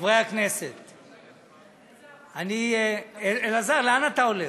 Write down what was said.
חברי הכנסת, אלעזר, לאן אתה הולך?